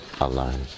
alone